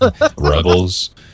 Rebels